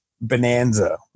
Bonanza